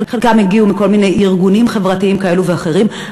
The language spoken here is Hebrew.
חלקן הגיעו מכל מיני ארגונים חברתיים כאלה ואחרים,